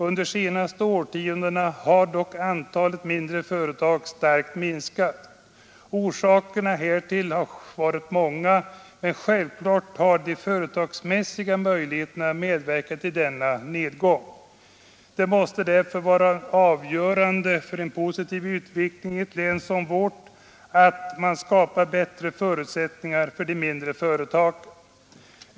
Under de senaste årtiondena har dock antalet mindre företag minskat starkt. Orsakerna härtill har varit många, men självfallet har de företagsmässiga möljligheterna medverkat till denna nedgång. Det måste därför vara avgörande för en positiv utveckling i ett län som vårt att skapa bättre förutsättningar för de mindre företagen.